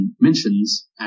mentions